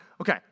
okay